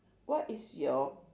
what is your